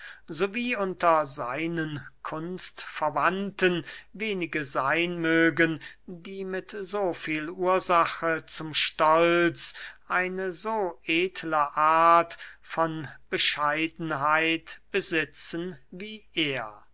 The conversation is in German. wie unter seinen kunstverwandten wenige seyn mögen die mit so viel ursache zum stolz eine so edle art von bescheidenheit besitzen wie er